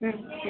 ಹ್ಞೂ ಓಕೆ